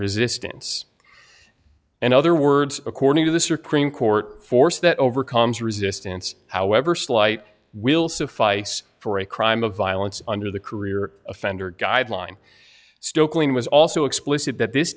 resistance and other words according to the supreme court force that overcomes resistance however slight will suffice for a crime of violence under the career offender guideline stokely was also explicit that this